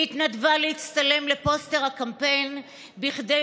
היא התנדבה להצטלם לפוסטר הקמפיין כדי